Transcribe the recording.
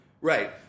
Right